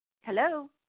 Hello